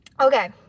okay